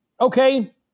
okay